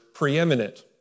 preeminent